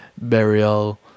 burial